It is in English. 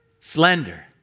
slender